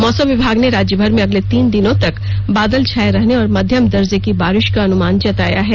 मौसम विभाग ने राज्यमर में अगले तीन दिनों तक बादल छाये रहने और मध्यम दर्जे की बारिश का अनुमान जताया है